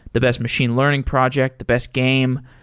the best machine learning project, the best game.